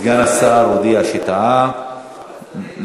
סגן השר הודיע שטעה, לפרוטוקול.